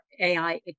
AI